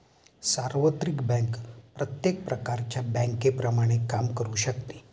सार्वत्रिक बँक प्रत्येक प्रकारच्या बँकेप्रमाणे काम करू शकते